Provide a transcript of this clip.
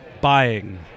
Buying